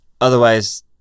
otherwise